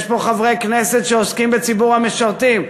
יש פה חברי כנסת שעוסקים בציבור המשרתים,